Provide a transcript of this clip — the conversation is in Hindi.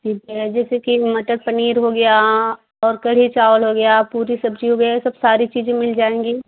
ठीक है जैसे कि मटर पनीर हो गया और कढ़ी चावल हो गया पूरी सब्ज़ी हो गया ये सब सारी चीजैन मिल जाएँगी